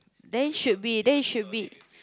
then should be then it should be